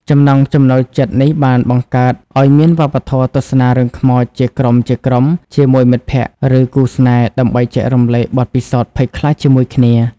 ចំណង់ចំណូលចិត្តនេះបានបង្កើតឱ្យមាន វប្បធម៌ទស្សនារឿងខ្មោច ជាក្រុមៗជាមួយមិត្តភក្តិ ឬគូស្នេហ៍ដើម្បីចែករំលែកបទពិសោធន៍ភ័យខ្លាចជាមួយគ្នា។